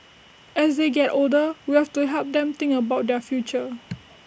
as they get older we have to help them think about their future